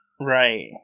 Right